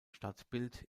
stadtbild